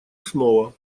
снова